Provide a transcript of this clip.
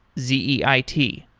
z e i t.